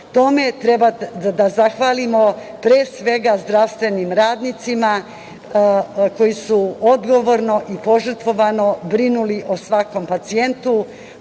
Tome treba da zahvalimo, pre svega, zdravstvenim radnicima koji su odgovorno i požrtvovano brinuli o svakom pacijentu,